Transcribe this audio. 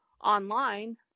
online